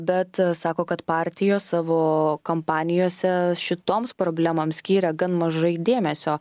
bet sako kad partijos savo kampanijose šitoms problemoms skyrė gan mažai dėmesio